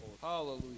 Hallelujah